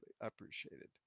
appreciated